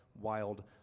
wild